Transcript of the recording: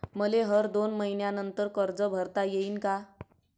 मले हर दोन मयीन्यानंतर कर्ज भरता येईन का?